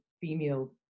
female